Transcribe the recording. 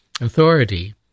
authority